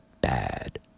bad